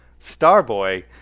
Starboy